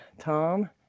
Tom